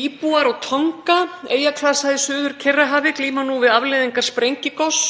Íbúar Tonga, eyjaklasa í Suður-Kyrrahafi, glíma nú við afleiðingar sprengigoss.